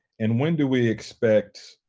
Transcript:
and when do we expect,